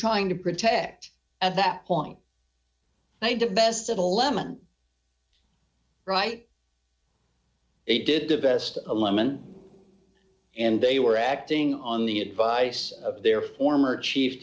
trying to protect at that point they divest of a lemon right they did their best a lemon and they were acting on the advice of their former chief